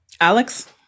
Alex